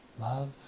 love